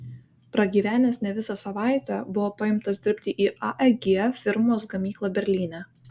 pragyvenęs ne visą savaitę buvo paimtas dirbti į aeg firmos gamyklą berlyne